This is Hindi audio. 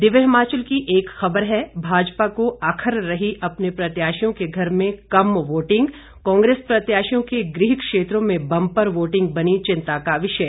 दिव्य हिमाचल की एक खबर है भाजपा को अखर रही अपने प्रत्याशियों के घर में कम वोटिंग कांग्रेस प्रत्याशियों के गृह क्षेत्रों में बंपर वोटिंग बनी चिंता का विषय